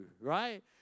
right